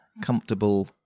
comfortable